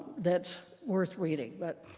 that's worth reading. but